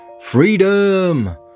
Freedom